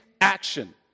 action